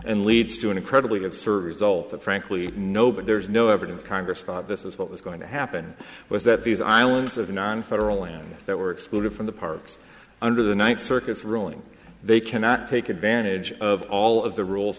and leads to an incredibly good service all that frankly no but there's no evidence congress thought this is what was going to happen was that these islands of non federal land that were excluded from the parks under the ninth circuit's ruling they cannot take advantage of all of the rules